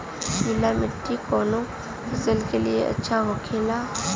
पीला मिट्टी कोने फसल के लिए अच्छा होखे ला?